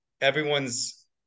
everyone's